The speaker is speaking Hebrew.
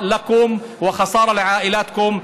לכם ולמשפחותיכם.